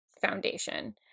foundation